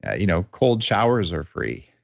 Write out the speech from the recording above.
you know cold showers are free.